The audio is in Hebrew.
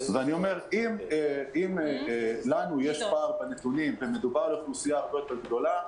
אם לנו יש פער בנתונים ומדובר על אוכלוסייה הרבה יותר גדולה,